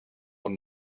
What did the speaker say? und